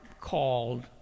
called